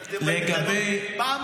זה מדהים.